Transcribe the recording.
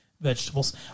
Vegetables